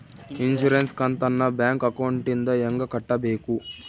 Insurance ಕಂತನ್ನ bank ಅಕೌಂಟಿಂದ ಹೆಂಗ ಕಟ್ಟಬೇಕು?